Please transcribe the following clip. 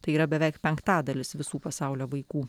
tai yra beveik penktadalis visų pasaulio vaikų